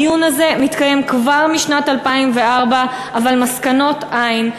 הדיון הזה מתקיים כבר משנת 2004 אבל מסקנות אין.